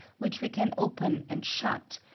which we can open and shut,